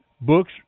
books